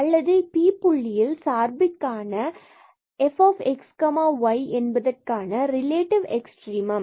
அல்லது இந்த Pab புள்ளியில் சார்பிற்கான இது fxy ரிலேடிவ் எக்ஸ்ட்ரீமம்